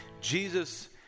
Jesus